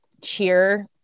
cheer